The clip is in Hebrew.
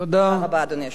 תודה רבה, אדוני היושב-ראש.